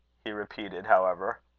he repeated, however.